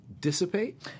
dissipate